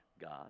God